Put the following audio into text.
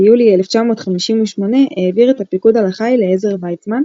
ביולי 1958 העביר את הפיקוד על החיל לעזר ויצמן,